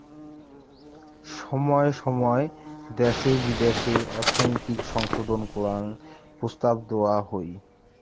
সময় সময় দ্যাশে বিদ্যাশে অর্থনৈতিক সংশোধন করাং প্রস্তাব দেওয়া হই